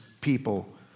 people